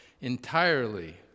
entirely